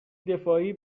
دفاعی